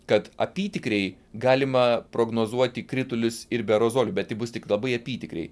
kad apytikriai galima prognozuoti kritulius ir be aerozolių bet tai bus tik labai apytikriai